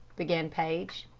began paige.